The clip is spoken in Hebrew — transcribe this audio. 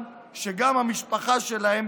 אם אנחנו רוצים חבילת הרתעה שלמה,